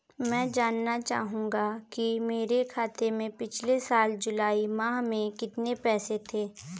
मैं जानना चाहूंगा कि मेरे खाते में पिछले साल जुलाई माह में कितने पैसे थे?